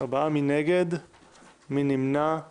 הצבעה בעד- 4 נגד- אין נמנעים